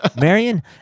Marion